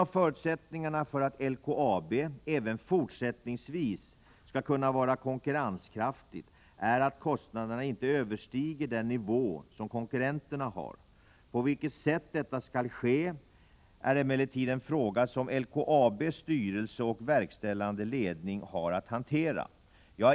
Är regeringen beredd att, mot bakgrund av att statliga medel används för verksamheten och de drastiska personalminskningar som skett inom LKAB, vidta åtgärder för att förmå LKAB att använda egen personal för prospekteringsborrningen i Viscariagruvan? 2.